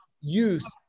use